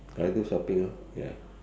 either shopping lor ya